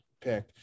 pick